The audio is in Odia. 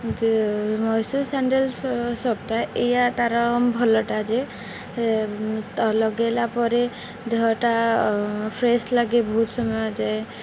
ମଇସୁର୍ ସାଣ୍ଡେଲ୍ ସପ୍ଟା ଏଇଆ ତା'ର ଭଲଟା ଯେ ଲଗାଇଲା ପରେ ଦେହଟା ଫ୍ରେଶ ଲାଗେ ବହୁତ ସମୟ ଯାଏ